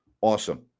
Awesome